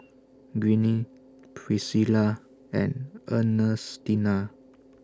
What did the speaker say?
Greene Priscilla and Ernestina